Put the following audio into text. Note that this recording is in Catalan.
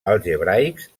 algebraics